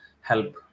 help